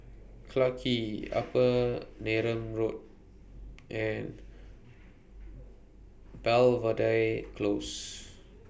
Clarke Quay Upper Neram Road and Belvedere Close